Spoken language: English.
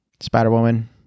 Spider-Woman